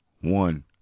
one